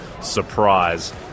surprise